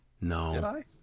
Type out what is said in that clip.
No